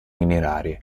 minerarie